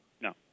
No